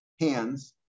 hands